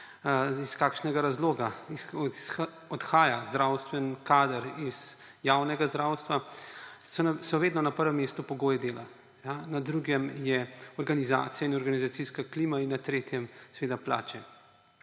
iz kakšnega razloga odhaja zdravstven kader iz javnega zdravstva, so vedno na prvem mestu pogoji dela, na drugem je organizacija in organizacijska klima in na tretjem seveda plače.